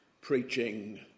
preaching